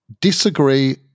disagree